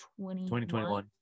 2021